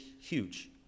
huge